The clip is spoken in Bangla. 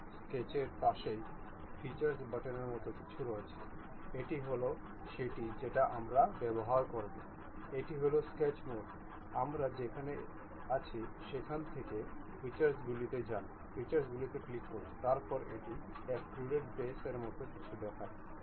এই ধরনের মেট করার জন্য আমাদের এটি প্রয়োজন কারণ এগুলি একে অপরের উপর নির্ভর করে বলে মনে করা হয়